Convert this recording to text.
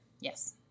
Yes